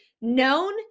known